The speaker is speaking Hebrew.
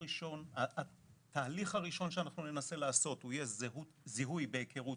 התהליך הראשון שנעשה הוא זיהוי בהיכרות